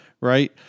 Right